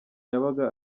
yabaga